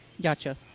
Gotcha